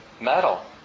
metal